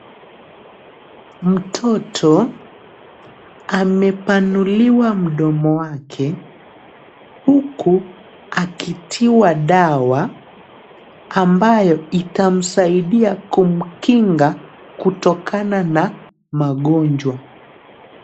Mtoto amepanuliwa mdomo wake huku akitiwa dawa ambayo itamsaidia kumkinga na magonjwa.